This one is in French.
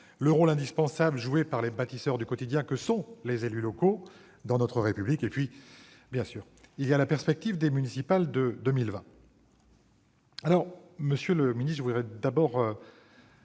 le rôle indispensable joué par les bâtisseurs du quotidien que sont les élus locaux dans notre République, sans oublier, bien évidemment, la perspective des municipales de 2020 ... Monsieur le ministre, je partage votre